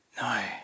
No